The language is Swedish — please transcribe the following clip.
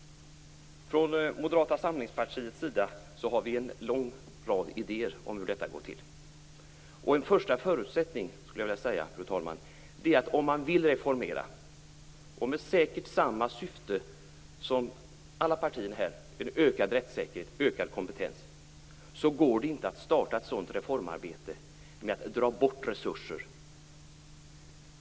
Från Moderata samlingspartiets sida har vi en lång rad idéer om hur detta skall gå till. Om man vill reformera, säkert i samma syfte som alla partier har här, och öka rättssäkerheten och kompetensen går det inte att starta ett sådant reformarbete med att dra bort resurser.